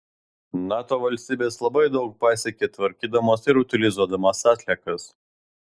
nato valstybės labai daug pasiekė tvarkydamos ir utilizuodamos atliekas